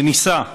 וניסה.